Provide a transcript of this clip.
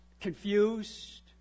confused